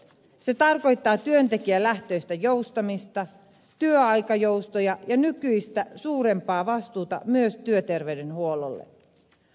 se tarkoittaa työntekijälähtöistä joustamista työaikajoustoja ja nykyistä suurempaa vastuuta myös työterveyshuollolle